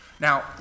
Now